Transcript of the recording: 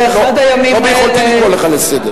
ולא ביכולתי לקרוא אותך לסדר.